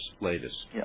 latest